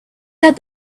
that